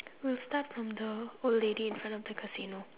we'll start from the old lady in front of the casino